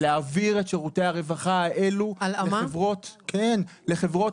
להעביר את שירותי הרווחה האלה לחברות פרטיות.